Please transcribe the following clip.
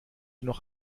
noch